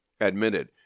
admitted